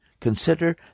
consider